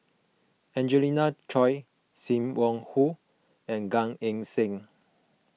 Angelina Choy Sim Wong Hoo and Gan Eng Seng